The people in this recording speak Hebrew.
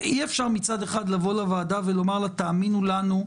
אי אפשר מצד אחד לבוא לוועדה ולומר לה: תאמינו לנו,